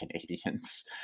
Canadians